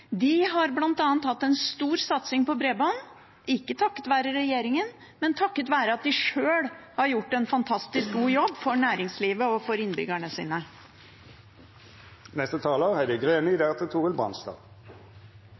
De har bl.a. hatt en stor satsing på bredbånd – ikke takket være regjeringen, men takket være at de sjøl har gjort en fantastisk god jobb for næringslivet og innbyggerne sine.